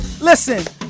Listen